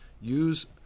use